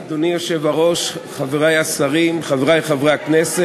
אבל גם דואגת לצרכנים, וסיימנו פרשה של 15 שנה.